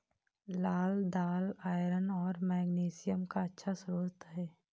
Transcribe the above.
लाल दालआयरन और मैग्नीशियम का अच्छा स्रोत है